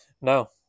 No